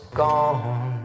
gone